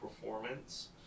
performance